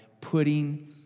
putting